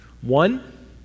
One